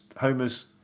Homer's